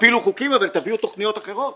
תפילו חוקים, אבל תביאו תוכניות אחרות.